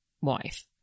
wife